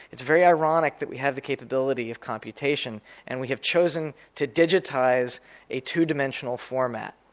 it's very ironic that we have the capability of computation and we have chosen to digitize a two-dimensional format,